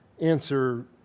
answer